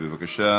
בבקשה.